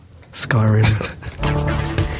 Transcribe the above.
Skyrim